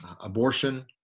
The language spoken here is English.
abortion